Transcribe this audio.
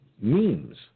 memes